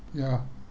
ya